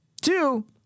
Two